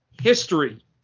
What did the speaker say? history